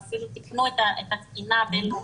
ולמעשה תקנו את התקינה הבין-לאומית.